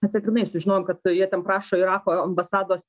atsitiktinai sužinojom kad jie ten prašo irako ambasados